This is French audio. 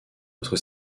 votre